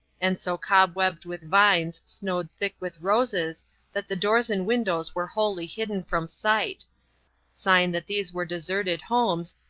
and so cobwebbed with vines snowed thick with roses that the doors and windows were wholly hidden from sight sign that these were deserted homes,